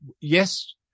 yes